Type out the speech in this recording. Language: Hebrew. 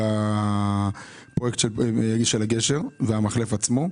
של הפרויקט של הגשר והמחלף עצמו,